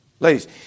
Ladies